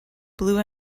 blue